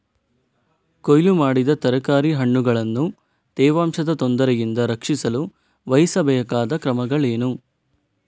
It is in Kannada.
ಕೊಯ್ಲು ಮಾಡಿದ ತರಕಾರಿ ಹಣ್ಣುಗಳನ್ನು ತೇವಾಂಶದ ತೊಂದರೆಯಿಂದ ರಕ್ಷಿಸಲು ವಹಿಸಬೇಕಾದ ಕ್ರಮಗಳೇನು?